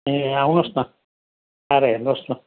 ए आउनुहोस् न आएर हेर्नुहोस् न